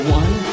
one